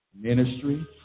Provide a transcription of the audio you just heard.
ministry